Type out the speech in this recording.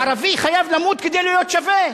ערבי חייב למות כדי להיות שווה?